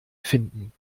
finden